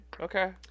Okay